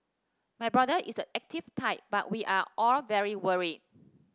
my brother is the active type but we are all very worried